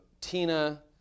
Tina